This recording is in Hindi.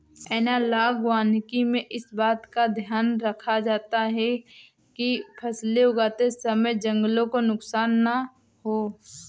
एनालॉग वानिकी में इस बात का ध्यान रखा जाता है कि फसलें उगाते समय जंगल को नुकसान ना हो